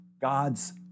God's